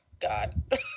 God